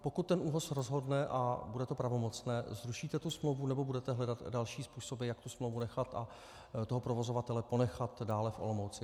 Pokud ten ÚOHS rozhodne a bude to pravomocné, zrušíte tu smlouvu, nebo budete hledat další způsoby, jak tu smlouvu nechat a toho provozovatele ponechat dále v Olomouci?